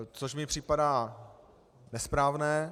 To mi připadá nesprávné.